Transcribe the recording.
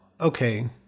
okay